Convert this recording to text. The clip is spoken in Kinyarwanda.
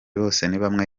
bosenibamwe